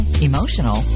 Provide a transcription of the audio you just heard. emotional